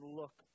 look